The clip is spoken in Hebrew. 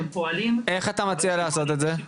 איך אתה מציע לעשות את זה?